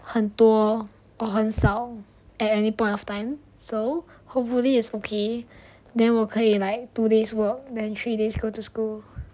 很多 or 很少 at any point of time so hopefully is okay then 我可以 like two days work than three days go to school